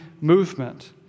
movement